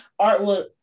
artwork